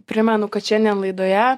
primenu kad šiandien laidoje